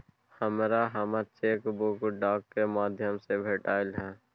हमरा हमर cheque book डाक के माध्यम से भेटलय हन